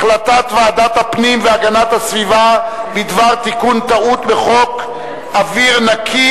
החלטת ועדת הפנים והגנת הסביבה בדבר תיקון טעות בחוק אוויר נקי,